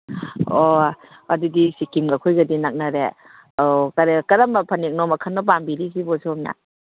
ꯑꯣ ꯑꯗꯨꯗꯤ ꯁꯤꯀꯤꯝꯒ ꯑꯩꯈꯣꯏꯒꯗꯤ ꯅꯛꯅꯔꯦ ꯑꯣ ꯀꯔꯝꯕ ꯐꯅꯦꯛꯅꯣ ꯃꯈꯜꯅꯣ ꯄꯥꯝꯕꯤꯔꯤꯁꯤꯕꯨ ꯁꯣꯝꯅ